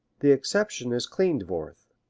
the exception is klindworth,